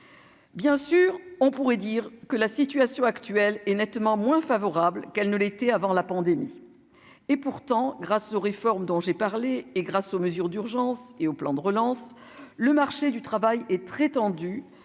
Bien sûr, on pourrait dire que la situation actuelle est nettement moins favorable qu'elle ne l'était avant la pandémie et pourtant, grâce aux réformes dont j'ai parlé et grâce aux mesures d'urgence et au plan de relance le marché du travail est très tendu,